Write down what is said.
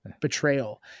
betrayal